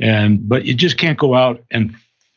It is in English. and but you just can't go out and